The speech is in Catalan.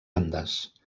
andes